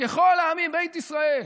ככל העמים בית ישראל,